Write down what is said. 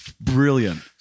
brilliant